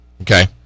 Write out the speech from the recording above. Okay